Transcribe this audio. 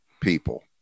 people